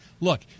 Look